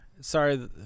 Sorry